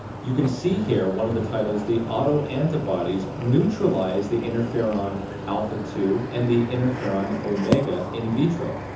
you can see here one of the titles the auto antibodies neutralize the interferon alpha two and the interferon omega in vitro.